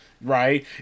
right